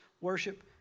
worship